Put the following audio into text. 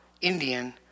Indian